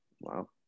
Wow